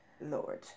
Lord